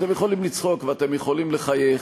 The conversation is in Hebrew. אתם יכולים לצחוק ואתם יכולים לחייך,